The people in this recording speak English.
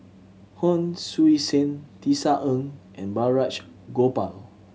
Hon Sui Sen Tisa Ng and Balraj Gopal